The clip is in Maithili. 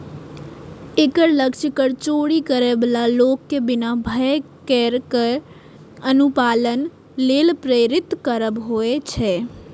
एकर लक्ष्य कर चोरी करै बला लोक कें बिना भय केर कर अनुपालन लेल प्रेरित करब होइ छै